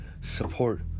support